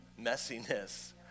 messiness